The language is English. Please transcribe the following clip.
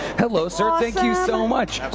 hello, so thank you so much.